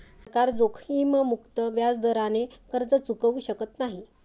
सरकार जोखीममुक्त व्याजदराने कर्ज चुकवू शकत नाही